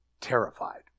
terrified